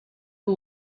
who